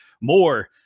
more